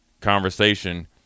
conversation